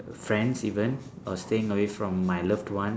friends even or staying away from my loved one